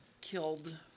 killed